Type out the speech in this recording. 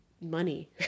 money